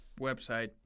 website